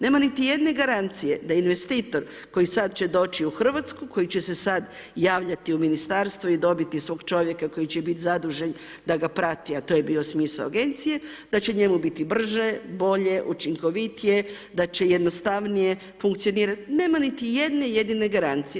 Nema niti jedne garancije, da investitor koji će sada doći u Hrvatsku, koji će se sada javljati u Ministarstvu i dobiti svog čovjeka koji će biti zadužen da ga prati, a to je bio smisao agencije, da će njemu biti brže, bolje, učinkovitije, da će jednostavnije funkcionirati, nema niti jedne jedine garancije.